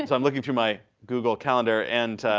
and i'm looking through my google calendar, and